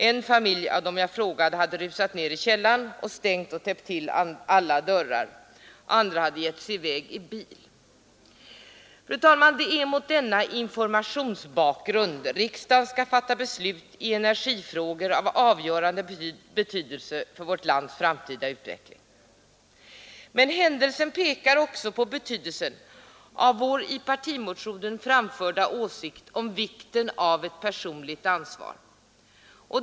En familj av dem jag frågade hade rusat ned i källaren, stängt och täppt till alla dörrar. Andra hade gett sig i väg i bil. Fru talman! Det är mot denna informationsbakgrund som riksdagen skall fatta beslut i energifrågor av avgörande betydelse för vårt lands framtida utveckling. Händelsen pekar emellertid också på betydelsen av vår i partimotionen framförda åsikt om vikten av personligt ansvar.